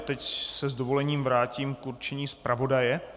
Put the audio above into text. Teď se s dovolením vrátím k určení zpravodaje.